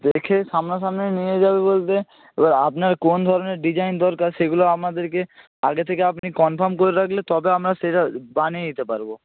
দেখে সামনাসামনি নিয়ে যাবে বলতে এবার আপনার কোন ধরনের ডিজাইন দরকার সেগুলো আমাদেরকে আগে থেকে আপনি কনফার্ম করে রাখলে তবে আমরা সেটা বানিয়ে দিতে পারব